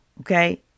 okay